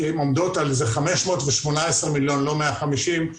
כי הם עומדים על 518 מיליון ולא 150 מיליון,